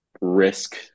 risk